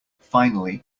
finally